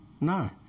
No